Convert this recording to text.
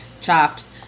chops